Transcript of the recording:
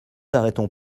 arrêtons